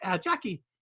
Jackie